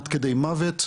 עד כדי מוות,